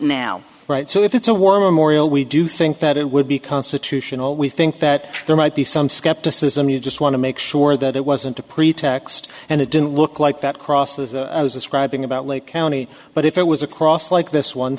now right so if it's a war memorial we do think that it would be constitutional we think that there might be some skepticism you just want to make sure that it wasn't a pretext and it didn't look like that crosses a describing about lake county but if it was across like this one